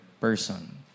person